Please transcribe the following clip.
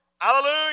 Hallelujah